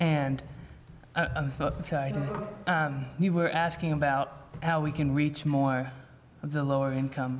d you were asking about how we can reach more of the lower income